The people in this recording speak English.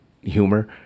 humor